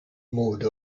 mode